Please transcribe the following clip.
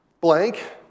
Blank